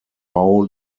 bau